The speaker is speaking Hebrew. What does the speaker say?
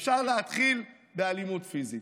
אפשר להתחיל באלימות פיזית.